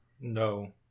No